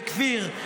וכפיר,